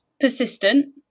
persistent